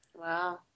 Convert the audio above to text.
Wow